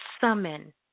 summon